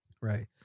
right